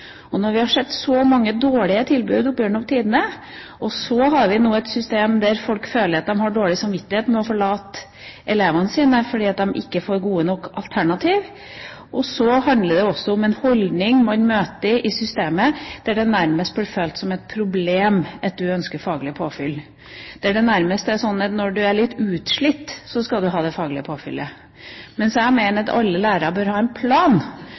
og videreutdanning er. Vi har sett mange dårlige tilbud opp gjennom tidene, og vi har nå et system der folk har dårlig samvittighet for å forlate elevene sine fordi de ikke får gode nok alternativ. Det handler også om en holdning man møter i systemet, der det nærmest blir sett på som et problem at man ønsker faglig påfyll, der det nærmest er sånn at når man er litt utslitt, skal man ha det faglige påfyllet. Jeg mener at alle lærere bør ha en plan